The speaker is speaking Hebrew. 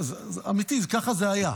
אמיתי, ככה זה היה.